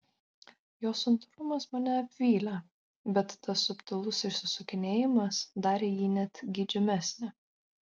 jo santūrumas mane apvylė bet tas subtilus išsisukinėjimas darė jį net geidžiamesnį